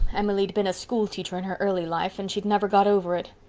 emily'd been a schoolteacher in her early life and she'd never got over it.